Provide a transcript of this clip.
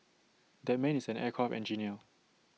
that man is an aircraft engineer